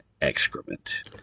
excrement